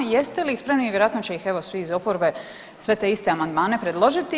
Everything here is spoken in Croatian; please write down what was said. Jeste li ih spremni, vjerojatno će ih svi iz oporbe sve te iste amandmane predložiti.